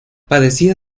padecía